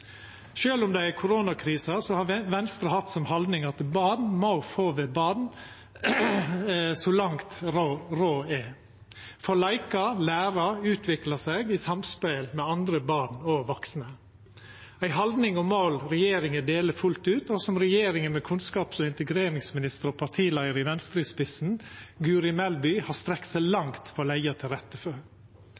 om det er koronakrise, har Venstre hatt som haldning at barn så langt som råd må få vera barn, få leika, læra og utvikla seg i samspel med andre barn og vaksne. Det er ei haldning og eit mål regjeringa deler fullt ut, og som regjeringa – med kunnskaps- og integreringsminister og partileiar i Venstre Guri Melby i spissen – har strekt seg langt for å leggja til rette for,